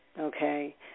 okay